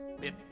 Bit